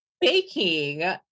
baking